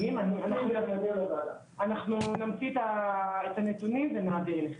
אנחנו נמציא את הנתונים ואנחנו נדאג להעביר אותם אליכם.